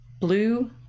Blue